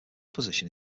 position